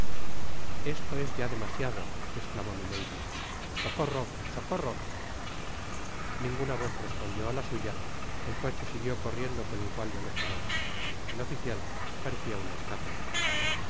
esto es ya demasiado esclamó milady socorro socorro ninguna voz respondió á la suya el coche siguió corriendo con igual velocidad el oficial parecia una estátua